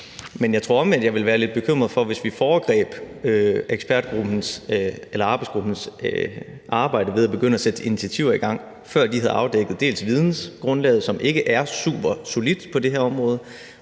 Men jeg tror omvendt, jeg ville være lidt bekymret, hvis vi foregreb arbejdsgruppens arbejde ved at begynde at sætte initiativer i gang, før de havde afdækket dels vidensgrundlaget, som ikke er supersolidt på det her område,